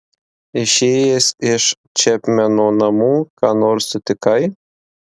išėjęs iš čepmeno namų ką nors sutikai